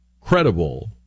credible